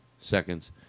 seconds